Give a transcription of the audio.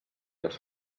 els